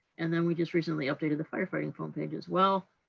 and then we just recently updated the firefighting foam page as well.